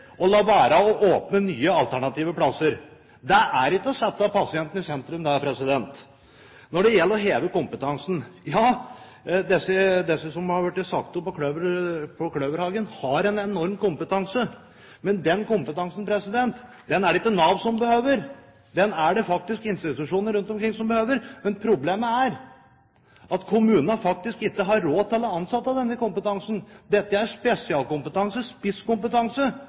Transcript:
la være å åpne nye, alternative plasser. Det er ikke å sette pasienten i sentrum. Når det gjelder det å heve kompetansen: De som har blitt sagt opp på Kløverhagen, har en enorm kompetanse. Men den kompetansen er det ikke Nav som behøver. Den er det faktisk institusjonene rundt omkring som behøver. Men problemet er at kommunene faktisk ikke har råd til å ansette denne kompetansen. Dette er spesialkompetanse, spisskompetanse,